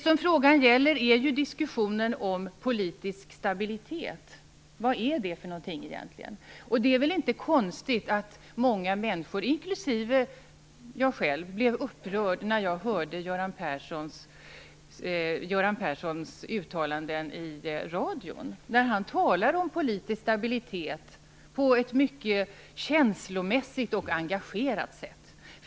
Vad frågan gäller är ju diskussionen om politisk stabilitet. Vad är det egentligen för något? Det är väl inte konstigt att många människor, inklusive jag själv, blev upprörda över Göran Perssons uttalanden i radion. Han talar om politisk stabilitet på ett mycket känslomässigt och engagerat sätt.